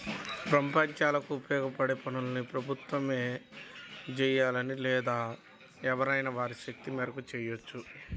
ప్రజలకు ఉపయోగపడే పనుల్ని ప్రభుత్వమే జెయ్యాలని లేదు ఎవరైనా వారి శక్తి మేరకు చెయ్యొచ్చు